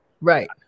Right